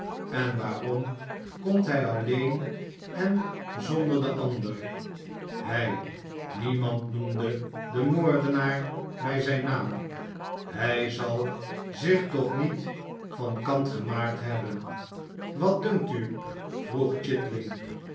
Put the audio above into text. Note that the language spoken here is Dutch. en waarom komt hij alleen en zonder den ander hij niemand noemde den moordenaar bij zijn naam hij zal zich toch niet van kant gemaakt hebben wat dunkt u vroeg